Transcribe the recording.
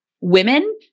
women